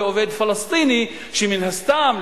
ועובד פלסטיני שמן הסתם,